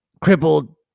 crippled